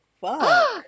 fuck